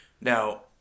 Now